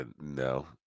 no